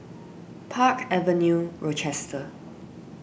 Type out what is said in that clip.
Park Avenue Rochester